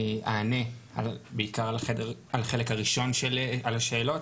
אענה בעיקר על החלק הראשון של השאלות,